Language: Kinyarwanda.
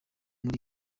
muri